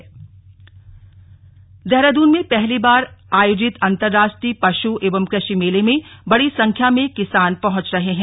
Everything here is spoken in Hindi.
कृषि मेला दून देहरादून में पहली बार आयोजित अंतर्राष्ट्रीय पशु एवं कृषि मेले में बड़ी संख्या में किसान पहुंच रहे हैं